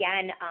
again